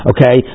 Okay